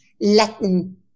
Latin